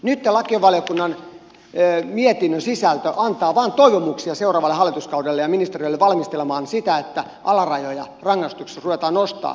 nyt lakivaliokunnan mietinnön sisältö antaa vain toivomuksia seuraavalle hallituskaudelle ja ministeriölle valmistella sitä että alarajoja rangaistuksissa ruvetaan nostamaan